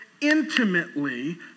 intimately